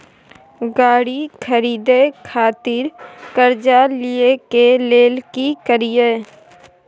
गाड़ी खरीदे खातिर कर्जा लिए के लेल की करिए?